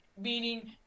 meaning